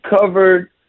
covered